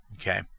Okay